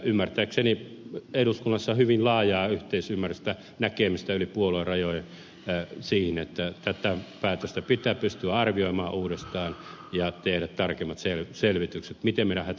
ymmärtääkseni eduskunnassa on hyvin laajaa yhteisymmärrystä näkemystä yli puoluerajojen siitä että tätä päätöstä pitää pystyä arvioimaan uudestaan ja tekemään tarkemmat selvitykset siitä miten meidän hätäkeskusjärjestelmämme rakennetaan